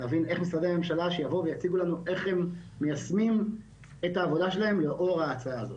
להבין איך משרדי הממשלה מיישמים את העבודה שלהם לאור ההצעה הזו.